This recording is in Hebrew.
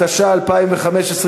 התשע"ה 2015,